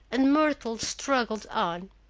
and myrtle struggled on.